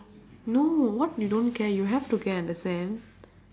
no what you don't care you have to care understand